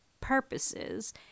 purposes